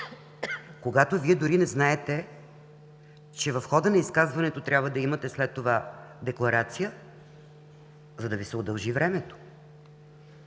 Когато Вие дори не знаете, че в хода на изказването трябва да имате след това декларация, за да Ви се удължи времето,